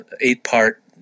eight-part